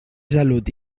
salut